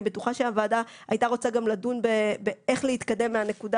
אני בטוחה שהוועדה הייתה רוצה גם לדון איך להתקדם מהנקודה